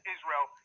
Israel